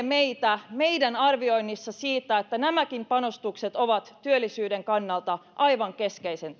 meitä meidän arvioinnissa siitä että nämäkin panostukset ovat työllisyyden kannalta aivan keskeisen